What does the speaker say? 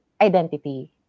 identity